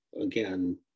again